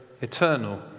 Eternal